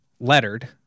lettered